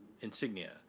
insignia